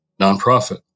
nonprofit